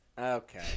Okay